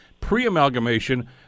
Pre-amalgamation